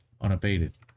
unabated